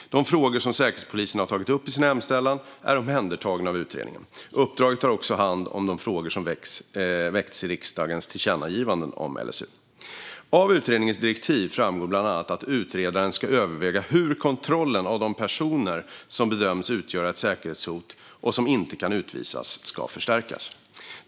De frågor som Säkerhetspolisen har tagit upp i sin hemställan är omhändertagna av utredningen. Uppdraget tar också om hand de frågor som väckts i riksdagens tillkännagivande om LSU. Av utredningens direktiv framgår bland annat att utredaren ska överväga hur kontrollen av de personer som bedömts utgöra ett säkerhetshot, och som inte kan utvisas, ska förstärkas.